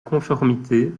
conformité